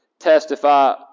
testify